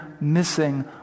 missing